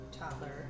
toddler